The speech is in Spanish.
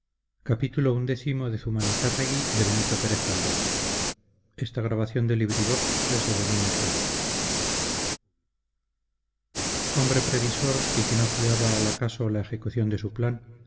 hombre previsor y que no fiaba al acaso la ejecución de su plan